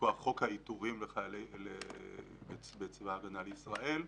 מכוח חוק העיטורים בצבא ההגנה לישראל.